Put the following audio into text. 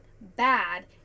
bad